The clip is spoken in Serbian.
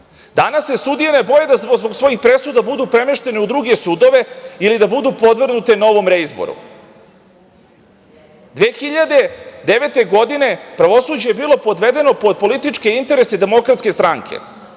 Danas se sudije ne boje da zbog svojih presuda budu premešteni u druge sudove ili da budu podvrgnuti novom reizboru. Godine 2009. pravosuđe je bilo podvedeno pod političke interese DS, onih